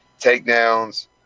Takedowns